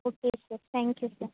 okay sir thank you sir